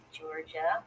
Georgia